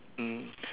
mm